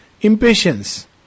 impatience